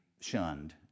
shunned